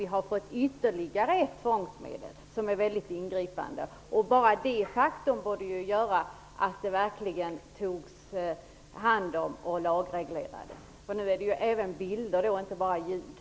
Det har inte gjorts under de tidigare utredningarna. Bara detta faktum borde göra att det sker en lagreglering. Nu gäller det även bilder och inte bara ljud.